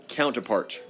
counterpart